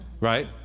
right